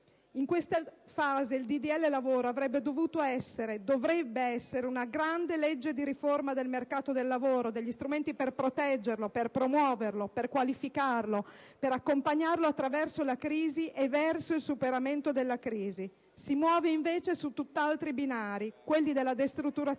In questa fase il disegno di legge "lavoro" avrebbe dovuto essere, dovrebbe essere una grande legge di riforma del mercato del lavoro, degli strumenti per proteggerlo, promuoverlo, qualificarlo, accompagnarlo attraverso la crisi e verso il suo superamento. Si muove invece su tutt'altri binari: quelli della destrutturazione